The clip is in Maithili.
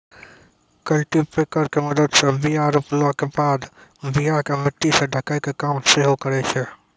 कल्टीपैकर के मदत से बीया रोपला के बाद बीया के मट्टी से ढकै के काम सेहो करै छै